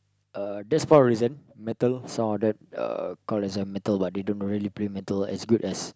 uh that's part of the reason metal some of them uh call as a metal but they don't really play metal as good as